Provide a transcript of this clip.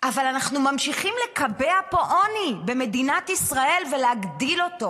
אבל אנחנו ממשיכים לקבע פה עוני במדינת ישראל ולהגדיל אותו.